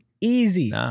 easy